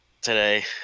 today